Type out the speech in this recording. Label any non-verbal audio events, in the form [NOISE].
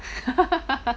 [LAUGHS]